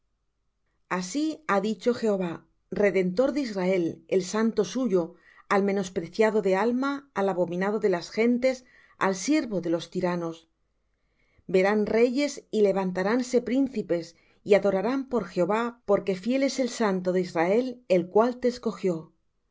así ha dicho jehová redentor de israel el santo suyo al menospreciado de alma al abominado de las gentes al siervo de los tiranos verán reyes y levantaránse príncipes y adorarán por jehová porque fiel es el santo de israel el cual te escogió así